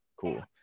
cool